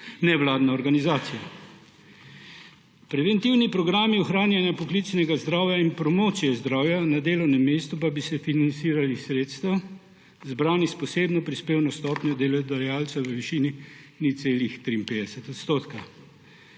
nevladna organizacija. Preventivni programi ohranjanja poklicnega zdravja in promocije zdravja na delovnem mestu pa bi se financirali iz sredstev, zbranih s posebno prispevno stopnjo delodajalcev v višini 0,53 %.